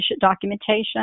documentation